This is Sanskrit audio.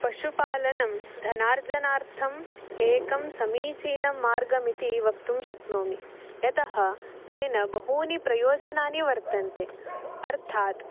पशुपालनं धनार्जनार्थम् एकं समीचीनं मार्गमिति वक्तुं शक्नोमि यतः तेन बहूनि प्रयोजनानि वर्तन्ते अर्थात्